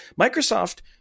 Microsoft